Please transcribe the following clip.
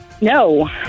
No